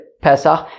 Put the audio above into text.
Pesach